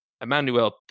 Emmanuel